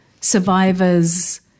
survivors